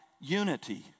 unity